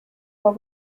vor